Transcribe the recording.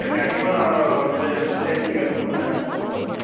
கண்டிப்பாக நான் வந்து நெக்ஸ்ட் டைம் நீங்கள் எடுக்கும்போது கம்மி பண்ண பார்க்குற